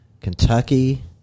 Kentucky